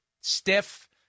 stiff